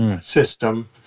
system